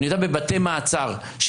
אני יודע בבתי מעצר,